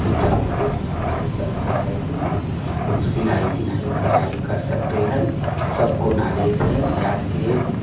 उत्तर प्रदेश में हमारे चल रहा है कि हम सिलाई बिनाई कढ़ाई कर सकते हैं सबको नालेज है कि आज के